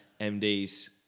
MDs